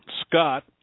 Scott